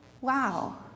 wow